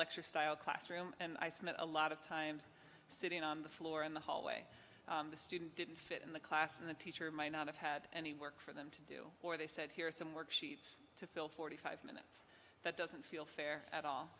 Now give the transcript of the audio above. lecture style classroom and i spent a lot of times sitting on the floor in the hallway the student didn't fit in the class and the teacher might not have had any work for them to do or they said here are some worksheets to fill forty five minutes that doesn't feel fair at all